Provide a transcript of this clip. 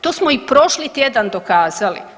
To smo i prošli tjedan dokazali.